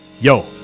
Yo